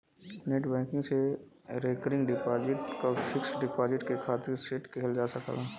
net banking से recurring deposit क fixed deposit के खातिर सेट किहल जा सकला